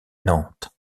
nantes